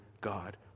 God